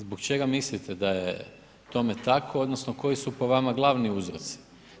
Zbog čega mislite da je tome tako odnosno koji su po vama glavni uzroci?